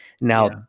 Now